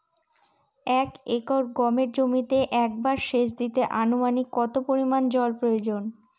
এক একর গমের জমিতে একবার শেচ দিতে অনুমানিক কত পরিমান জল প্রয়োজন?